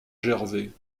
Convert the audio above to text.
gervais